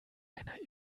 einer